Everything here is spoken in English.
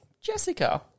Jessica